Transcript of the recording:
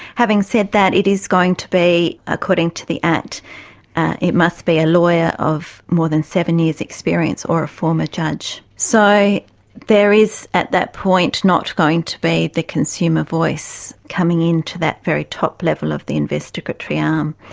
having said that, it is going to be, according to the act it must be a lawyer of more than seven years experience or a former judge. so there is at that point not going to be the consumer voice coming into that very top level of the investigatory arm,